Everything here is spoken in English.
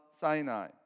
Sinai